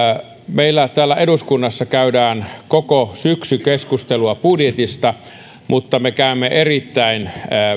meillä täällä eduskunnassa käydään koko syksy keskustelua budjetista mutta me käymme erittäin